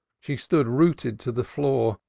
she stood rooted to the floor.